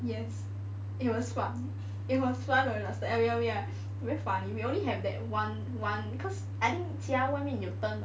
yes it was fun it was fun while it lasted oh ya oh ya very funny we only have that one one because 家外面有灯